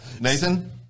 Nathan